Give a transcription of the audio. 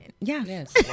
Yes